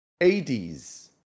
80s